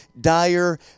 dire